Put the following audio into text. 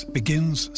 begins